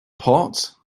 pot